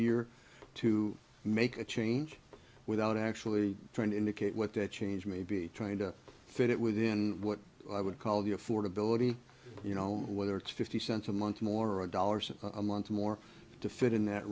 year to make a change without actually trying to indicate what that change may be trying to fit it within what i would call the affordability you know whether it's fifty cents a month or more a dollars a month or more to fit in that